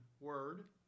word